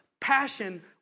passion